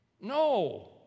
No